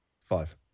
Five